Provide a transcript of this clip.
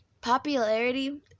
popularity